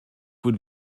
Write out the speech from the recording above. would